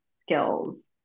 skills